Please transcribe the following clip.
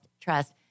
trust